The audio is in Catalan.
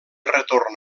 retorn